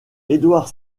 édouard